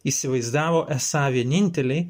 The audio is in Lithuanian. įsivaizdavo esą vieninteliai